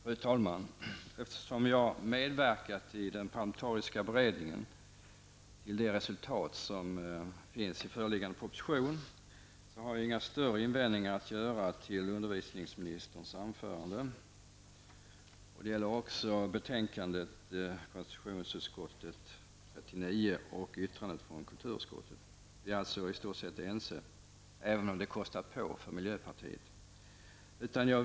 Fru talman! Eftersom jag medverkade i den parlamentariska beredningen och till det resultat som ligger till grund för föreliggande proposition, har jag inga större invändningar att göra mot utbildningsministerns anförande. Det gäller också konstitutionsutskottets betänkande 39 samt yttrandet från kulturutskottet. Vi är alltså i stort sett ense, även om det kostar på för miljöpartiet.